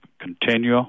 continue